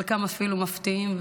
חלקם אפילו מפתיעים,